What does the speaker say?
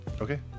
Okay